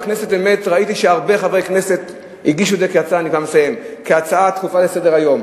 בכנסת באמת ראיתי שהרבה חברי כנסת הגישו את זה כהצעה דחופה לסדר-היום,